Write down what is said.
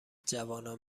جوانان